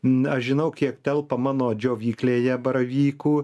na žinau kiek telpa mano džiovyklėje baravykų